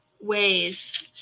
ways